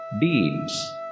Deeds